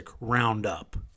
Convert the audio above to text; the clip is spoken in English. Roundup